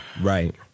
Right